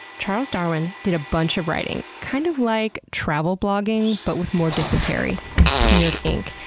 charles darwin did a bunch of writing, kind of like travel blogging but with more dysentery and smeared ink.